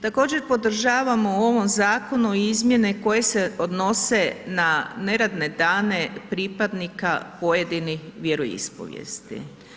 Također podržavamo u ovome zakonu izmjene koje se odnose na neradne dane pripadnika pojedinih vjeroispovijesti.